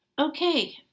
Okay